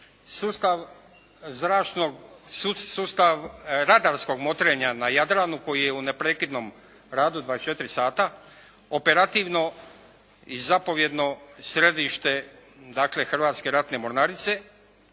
sustav radarskog motrenja na Jadranu koji je u neprekidnom radu 24 sata, operativno i zapovjedno središte dakle Hrvatske ratne mornarice